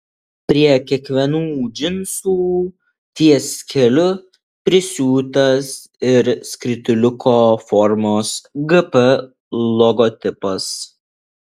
prie kiekvienų džinsų ties keliu prisiūtas ir skrituliuko formos gp logotipas